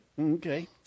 Okay